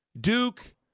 Duke